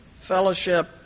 fellowship